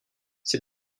c’est